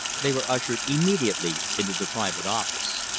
they were ushered immediately into the private office.